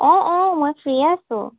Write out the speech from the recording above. অঁ অঁ মই ফ্ৰীয়ে আছোঁ